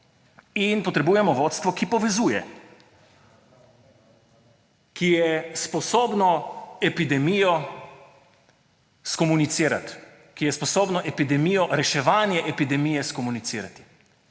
in potrebujemo vodstvo, ki povezuje, ki je sposobno epidemijo skomunicirati, ki je sposobno reševanje epidemije skomunicirati.